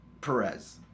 Perez